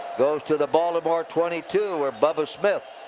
goes to the baltimore twenty two, where bubba smith,